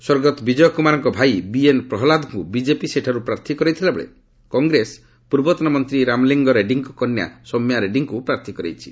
ସ୍ୱର୍ଗତ ବିଜୟକୁମାରଙ୍କ ଭାଇ ବିଏନ୍ ପ୍ରହ୍ଲାଦଙ୍କୁ ବିଜେପି ସେଠାରୁ ପ୍ରାର୍ଥୀ କରାଇଥିବାବେଳେ କଂଗ୍ରେସ ପୂର୍ବତନ ମନ୍ତ୍ରୀ ରାମଲିଙ୍ଗ ରେଡ୍ଭିଙ୍କ କନ୍ୟା ସୌମ୍ୟା ରେଡ୍ଭୀଙ୍କୁ ପ୍ରାର୍ଥୀ କରାଇଛି